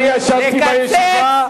אני ישבתי בישיבה,